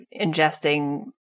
ingesting